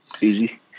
Easy